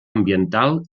ambiental